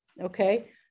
okay